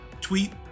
tweet